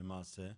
זה לא מעשי.